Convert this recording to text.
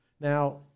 Now